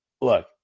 Look